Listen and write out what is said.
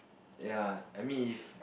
ya I mean if